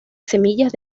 semillas